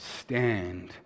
stand